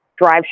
drive